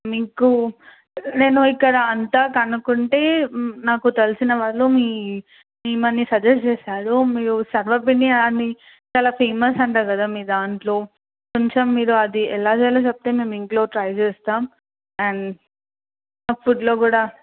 మీకు నేను ఇక్కడ అంతా కనుక్కుంటే నాకు తెలిసిన వాళ్ళు మీ మిమ్మల్ని సజెస్ట్ చేసారు మీరు సర్వపిండి అని చాలా ఫేమస్ అంట కదా మీరు దాంట్లో కొంచెం మీరు అది చేయాలో చెప్తే మేము ఇంట్లో ట్రై చేస్తాం అండ్ ఆ ఫుడ్లో కూడా